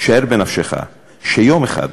אז צריך ללכת לשקיפות של כל העמותות,